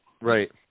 right